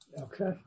okay